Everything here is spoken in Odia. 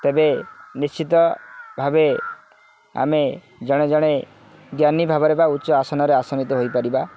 ତେବେ ନିଶ୍ଚିତ ଭାବେ ଆମେ ଜଣେ ଜଣେ ଜ୍ଞାନୀ ଭାବରେ ବା ଉଚ୍ଚ ଆସନରେ ଆସନିତ ହୋଇପାରିବା